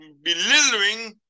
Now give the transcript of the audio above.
belittling